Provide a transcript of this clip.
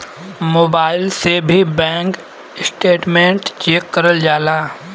mobile से भी bank statement check करल जाला